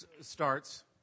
starts